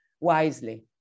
wisely